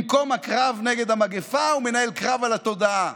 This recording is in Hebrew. במקום הקרב נגד המגפה הוא מנהל קרב על התודעה.